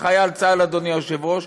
לחייל צה"ל, אדוני היושב-ראש,